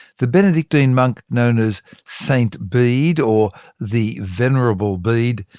the benedictine monk known as st bede, or the venerable bede,